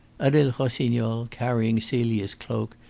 adele rossignol, carrying celia's cloak,